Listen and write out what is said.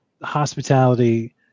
hospitality